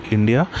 India